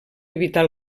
evitar